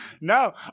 No